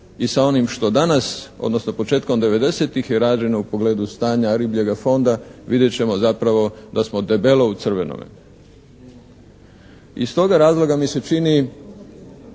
Iz toga razloga mi se čini